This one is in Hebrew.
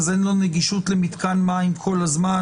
אין לו נגישות למתקן מים כל הזמן.